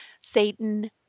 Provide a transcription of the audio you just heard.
Satan